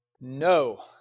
No